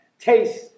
taste